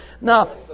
Now